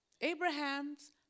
Abraham's